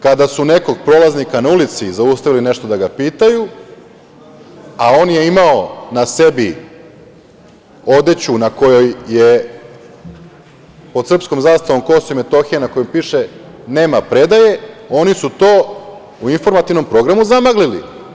Kada su nekog prolaznika na ulici zaustavili da ga pitaju nešto, a on je imao na sebi odeću na kojoj je pod srpskom zastavom Kosovo i Metohija, a na kojoj piše „Nema predaje“, oni su to u informativnom programu zamaglili.